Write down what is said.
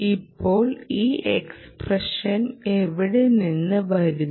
ഇപ്പോൾ ഈ എക്സ്പ്രഷൻ എവിടെ നിന്ന് വരുന്നു